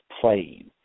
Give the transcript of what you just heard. playing